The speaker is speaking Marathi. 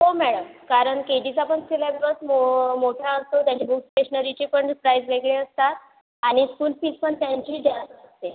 हो मॅडम कारण के जीचा पण सिलॅबस मो मोठा असतो त्यांचे बुक स्टेशनरीचे पण प्राइस वेगळे असतात आणि स्कूल फीज पण त्यांची जास्त असते